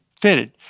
fitted